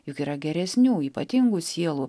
juk yra geresnių ypatingų sielų